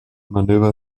manöver